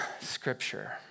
scripture